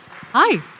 Hi